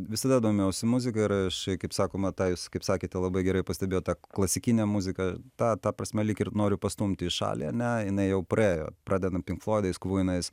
visada domėjausi muzika ir aš kaip sakoma tą jūs kaip sakėte labai gerai pastebėjot tą klasikinę muzika tą ta prasme lyg ir noriu pastumti į šalį ane jinai jau praėjo pradedame pink floidais kvynais